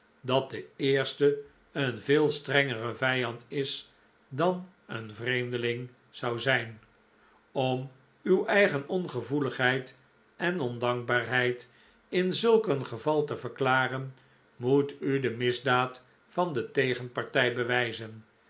dat de eerste een veel strengere vijand is dan een vreemdeling zou zijn om uw eigen ongevoeligheid en ondankbaarheid in zulk een geval te verklaren moet u de misdaad van de tegenpartij bewijzen